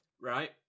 Right